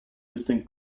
distinct